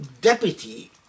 deputy